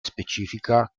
specifica